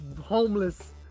homeless